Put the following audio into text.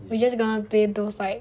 we just gonna play those like